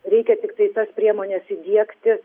reikia tiktai tas priemones įdiegti